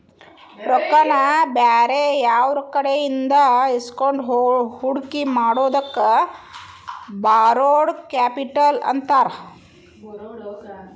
ರೊಕ್ಕಾನ ಬ್ಯಾರೆಯವ್ರಕಡೆಇಂದಾ ಇಸ್ಕೊಂಡ್ ಹೂಡ್ಕಿ ಮಾಡೊದಕ್ಕ ಬಾರೊಡ್ ಕ್ಯಾಪಿಟಲ್ ಅಂತಾರ